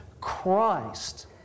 Christ